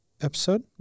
episode